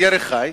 ירי חי,